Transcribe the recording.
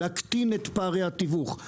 להקטין את פערי התיווך,